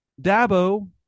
Dabo